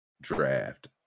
draft